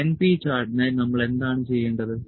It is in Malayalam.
np ചാർട്ടിനായി നമ്മൾ എന്താണ് ചെയ്യേണ്ടത്